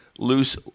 loose